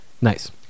nice